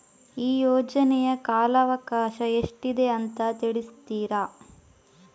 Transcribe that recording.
ಈ ಯೋಜನೆಯ ಕಾಲವಕಾಶ ಎಷ್ಟಿದೆ ಅಂತ ತಿಳಿಸ್ತೀರಾ?